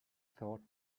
thought